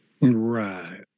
Right